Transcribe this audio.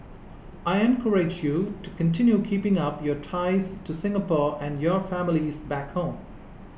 I encourage you to continue keeping up your ties to Singapore and your families back home